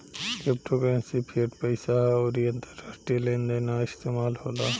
crypto currency fiat पईसा ह अउर इ अंतरराष्ट्रीय लेन देन ला इस्तमाल होला